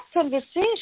conversation